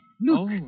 Look